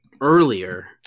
earlier